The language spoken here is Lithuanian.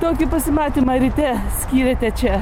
tokį pasimatymą ryte skyrėte čia